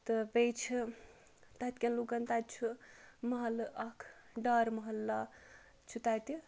تہٕ بیٚیہِ چھِ تَتہِ کٮ۪ن لُکَن تَتہِ چھُ محلہٕ اَکھ ڈار محلہ چھُ تَتہِ